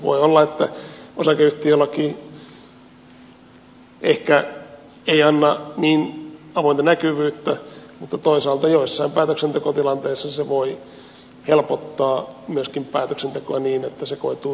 voi olla että osakeyhtiölaki ehkä ei anna niin avointa näkyvyyttä mutta toisaalta joissain päätöksentekotilanteissa se voi helpottaa myöskin päätöksentekoa niin että se koituu yleiseksi hyväksi